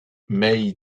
may